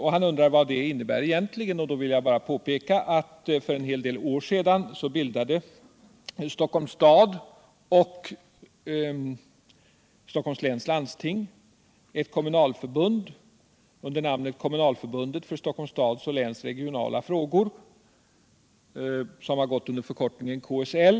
Han undrar vad det egentligen innebär. Då vill jag meddela att för en hel del år sedan bildade Stockholms stad och Stockholms läns landsting ett kommunalförbund under namnet Kommunalförbundet för Stockholms stads och läns regionala frågor med förkortningen KSL.